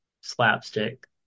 slapstick